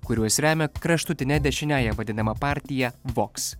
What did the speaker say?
kuriuos remia kraštutine dešiniąja vadinama partija vogs